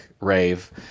rave